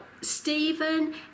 Stephen